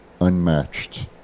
unmatched